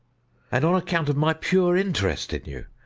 and on account of my pure interest in you.